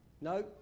No